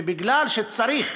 ובגלל שצריך